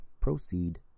proceed